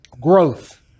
growth